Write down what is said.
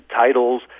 titles